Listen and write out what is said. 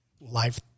life